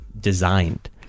designed